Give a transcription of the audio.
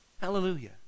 Hallelujah